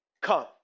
come